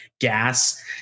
gas